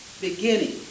beginning